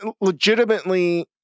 legitimately